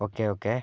okay okay